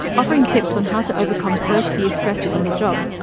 offering tips on how to overcome first year stresses on the job.